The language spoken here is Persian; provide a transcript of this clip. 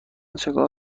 چکار